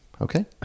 Okay